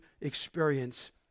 experience